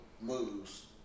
moves